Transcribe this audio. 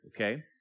okay